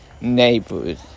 Neighbors